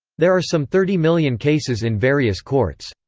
there are some thirty million cases in various courts.